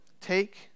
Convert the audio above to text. Take